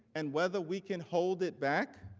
and whether we can hold it back?